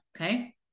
Okay